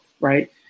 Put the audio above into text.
right